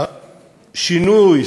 שינוי,